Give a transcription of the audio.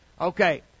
Okay